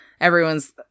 everyone's